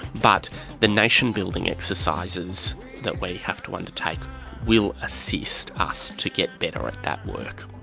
but the nation building exercises that we have to undertake will assist us to get better at that work.